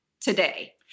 today